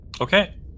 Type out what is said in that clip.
Okay